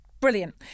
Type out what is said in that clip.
Brilliant